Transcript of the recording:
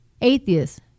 atheists